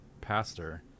pastor